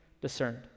discerned